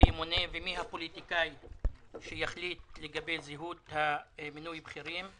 ימונה ומי הפוליטיקאי שיחליט לגבי לזהות מינוי בכירים,